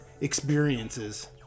experiences